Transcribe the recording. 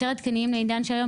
יותר עדכניים לעידן של היום.